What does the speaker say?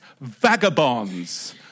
vagabonds